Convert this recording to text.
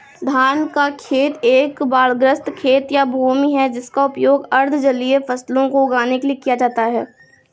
धान का खेत एक बाढ़ग्रस्त खेत या भूमि है जिसका उपयोग अर्ध जलीय फसलों को उगाने के लिए किया जाता है